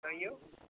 कहियौ